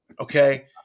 Okay